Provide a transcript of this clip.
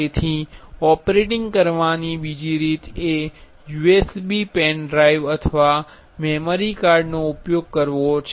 તેથી ઓપરેટિંગ કરવાની બીજી રીત એ USB પેન ડ્રાઇવ અથવા મેમરી કાર્ડનો ઉપયોગ કરવો છે